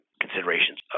considerations